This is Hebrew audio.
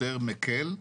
צחי, אתה לא עונה.